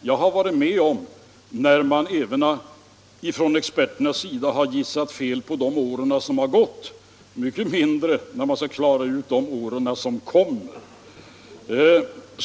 Jag har varit med om att experterna gissat fel på de år som gått, så mycket svårare bör det då bli för dem att klara av de år som kommer.